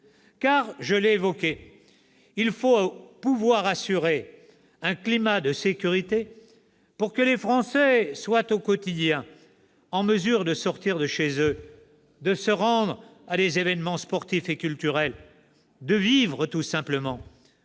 effet, je l'ai dit, il faut pouvoir assurer un climat de sécurité pour que les Français soient au quotidien en mesure de sortir de chez eux, de se rendre à un événement sportif et culturel, tout simplement